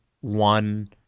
one